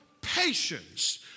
Patience